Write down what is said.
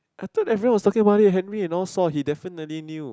I thought everyone was talking about it Henry and all saw he definitely knew